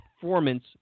performance